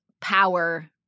power